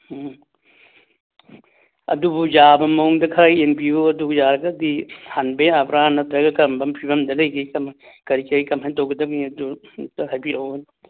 ꯎꯝ ꯑꯗꯨꯕꯨ ꯌꯥꯕ ꯃꯑꯣꯡꯗ ꯈꯔ ꯌꯦꯡꯕꯤꯌꯨ ꯑꯗꯨ ꯌꯥꯔꯒꯗꯤ ꯍꯟꯕ ꯌꯥꯕ꯭ꯔꯥ ꯅꯠꯇ꯭ꯔꯒ ꯀꯔꯝꯕ ꯐꯤꯕꯝꯗ ꯂꯩꯒꯦ ꯀꯃꯥꯏꯅ ꯀꯔꯤ ꯀꯔꯤ ꯀꯔꯝꯍꯥꯏ ꯇꯧꯒꯗꯒꯦ ꯍꯥꯏꯕꯗꯨ ꯑꯃꯨꯛꯇ ꯍꯥꯏꯕꯤꯔꯛꯑꯣ